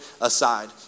aside